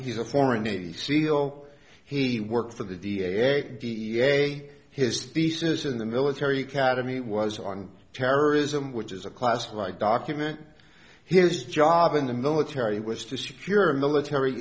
he's a former navy seal he worked for the da da his thesis in the military academy was on terrorism which is a classified document his job in the military was to secure military